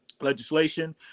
legislation